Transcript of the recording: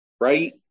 right